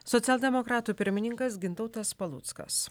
socialdemokratų pirmininkas gintautas paluckas